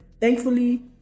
thankfully